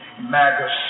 Magus